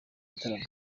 gitaramo